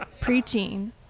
preaching